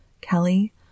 Kelly